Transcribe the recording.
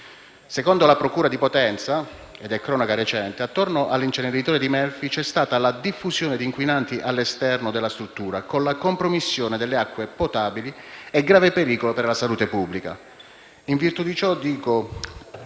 Secondo la procura di Potenza, ed è cronaca recente, attorno all'inceneritore di Melfi c'è stata «la diffusione di inquinanti all'esterno» della struttura, con la «compromissione delle acque potabili e grave pericolo per la salute pubblica». In virtù di ciò, il